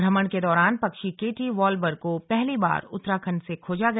भ्रमण के दौरान पक्षी केटी वाल्बर को पहली बार उत्तराखंड से खोजा गया